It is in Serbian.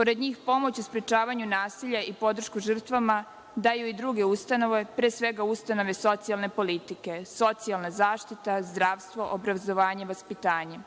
Pored njih, pomoć u sprečavanju nasilja, podršku žrtvama daju i druge ustanove pre svega ustanove socijalne politike, socijalna zaštita, zdravstvo, obrazovanje, vaspitanje.